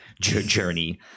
journey